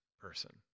person